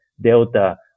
delta